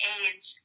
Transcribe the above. age